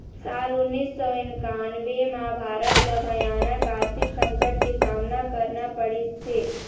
साल उन्नीस सौ इन्कानबें म भारत ल भयानक आरथिक संकट के सामना करना पड़िस हे